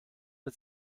mit